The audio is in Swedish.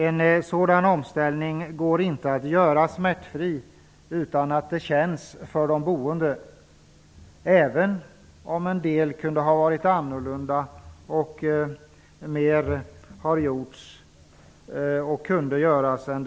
En sådan omställning kan inte göras smärtfritt och utan att det känns för de boende, även om en del kunde ha varit annorlunda och mer kunde ha gjorts. Jag erkänner gärna det.